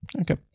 Okay